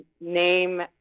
name